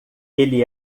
ele